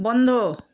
বন্ধ